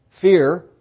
Fear